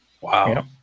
wow